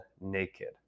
naked